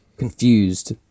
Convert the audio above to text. confused